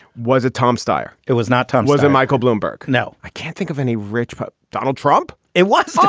was it tom stier? it was not tom. was it michael bloomberg? no. i can't think of any rich but donald trump. it was still.